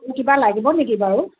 কিবা লাগিব নেকি বাৰু